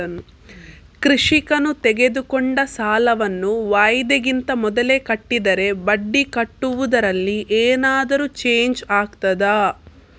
ಕೃಷಿಕನು ತೆಗೆದುಕೊಂಡ ಸಾಲವನ್ನು ವಾಯಿದೆಗಿಂತ ಮೊದಲೇ ಕಟ್ಟಿದರೆ ಬಡ್ಡಿ ಕಟ್ಟುವುದರಲ್ಲಿ ಏನಾದರೂ ಚೇಂಜ್ ಆಗ್ತದಾ?